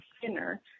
thinner